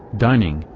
dining,